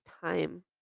time